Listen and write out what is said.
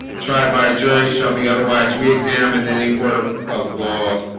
tried by a jury shall be otherwise we examine any court of of law